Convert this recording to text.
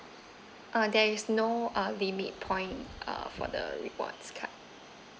uh there is no uh limit point uh for the rewards card